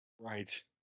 Right